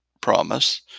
promise